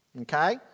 Okay